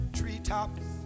treetops